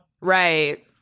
Right